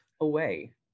away